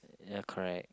ya correct